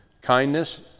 Kindness